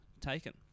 taken